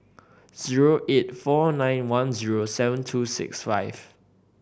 zero eight four nine one zero seven two six five